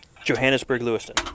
Johannesburg-Lewiston